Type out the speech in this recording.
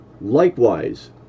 likewise